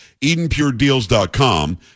EdenPureDeals.com